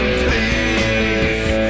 please